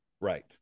Right